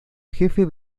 jefe